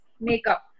makeup